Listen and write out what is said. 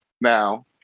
Now